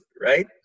right